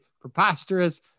preposterous